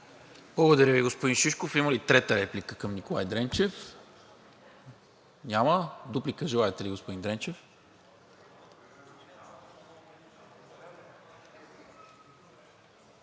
Благодаря Ви, господин Шишков. Има ли трета реплика към Николай Дренчев? Няма. Дуплика желаете ли, господин Дренчев?